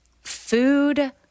food